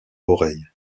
oreilles